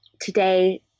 today